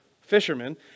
fishermen